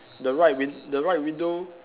the right win~ the right window